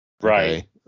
Right